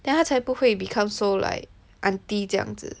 then 它才不会 become so like aunty 这样子